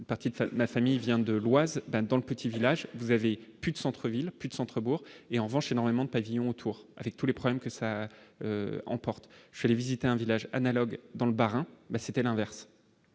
de faire la famille vient de l'Oise dans le petit village, vous avez pu de centre ville plus de centre bourg et en revanche énormément de pavillons autour, avec tous les problèmes que ça emporte chez les visiter un village analogue dans le Bas-Rhin, mais c'était l'inverse